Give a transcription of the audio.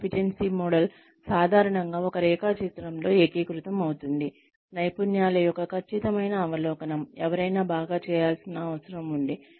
competency model సాధారణంగా ఒక రేఖాచిత్రంలో ఏకీకృతం అవుతుంది నైపుణ్యాల యొక్క ఖచ్చితమైన అవలోకనం ఎవరైనా బాగా చేయాల్సిన అవసరం ఉంది